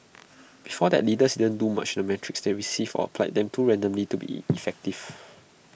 before that leaders didn't do much with the metrics they received or applied them too randomly to be effective